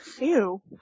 Ew